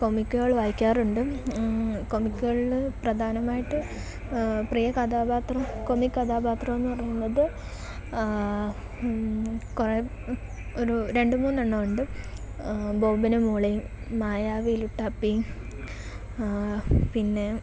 കോമിക്കുകൾ വായിക്കാറുണ്ട് കോമിക്കുകളില് പ്രധാനമായിട്ട് പ്രിയ കഥാപാത്രം കൊമിക് കഥാപാത്രമെന്ന് പറയുന്നത് കുറെ ഒരു രണ്ട് മൂന്നെണ്ണം ഉണ്ട് ബോബനും മോളിയും മായാവി ലുട്ടാപ്പിയും പിന്നെ